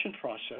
process